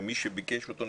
מי שביקש אותו,